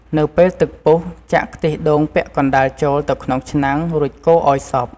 នៅពេលទឹកពុះ ចាក់ខ្ទិះដូងពាក់កណ្តាលចូលទៅក្នុងឆ្នាំង រួចកូរឱ្យសព្វ។